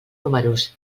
números